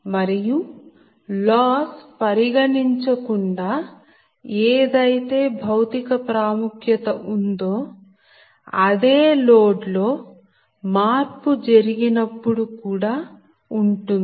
మరియు లాస్ పరిగణించకుండా ఏదైతే భౌతిక ప్రాముఖ్యత ఉందో అదే లోడ్ లో మార్పు జరిగినప్పుడు కూడా ఉంటుంది